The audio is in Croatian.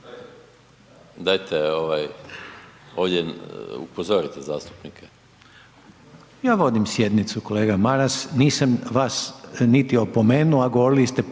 Dajte ovaj, ovdje upozorite zastupnike. **Reiner, Željko (HDZ)** Ja vodim sjednicu kolega Maras, nisam vas niti opomenuo, a govorili ste potpuno